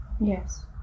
Yes